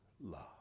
love